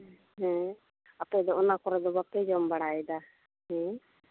ᱟᱯᱮ ᱫᱚ ᱚᱱᱟ ᱠᱚᱨᱮ ᱫᱚ ᱵᱟᱯᱮ ᱡᱚᱢ ᱵᱟᱲᱟᱭᱮᱫᱟ